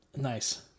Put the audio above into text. Nice